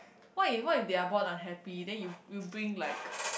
what if what if they are born unhappy then you you bring like